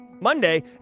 monday